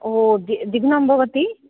ओ दि दिग्नं भवति